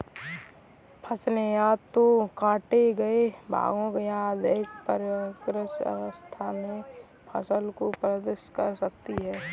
फसलें या तो काटे गए भागों या अधिक परिष्कृत अवस्था में फसल को संदर्भित कर सकती हैं